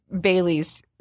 bailey's